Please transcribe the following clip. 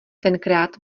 tenkrát